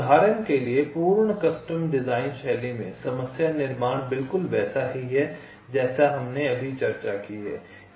उदाहरण के लिए पूर्ण कस्टम डिजाइन शैली में समस्या निर्माण बिल्कुल वैसा ही है जैसा हमने अभी चर्चा की है